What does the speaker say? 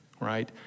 right